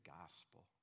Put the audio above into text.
gospel